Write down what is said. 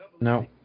No